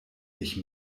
ich